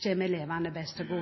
Jeg er selvsagt først og